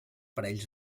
parells